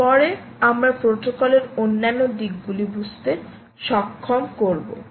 তারপরে আমরা প্রোটোকলের অন্যান্য দিকগুলি বুঝতে সক্ষম করব